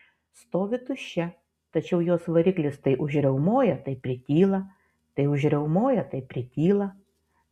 stovi tuščia tačiau jos variklis tai užriaumoja tai prityla tai užriaumoja tai prityla